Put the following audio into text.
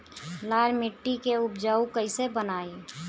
लाल मिट्टी के उपजाऊ कैसे बनाई?